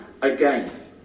Again